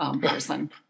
person